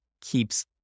keeps